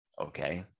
okay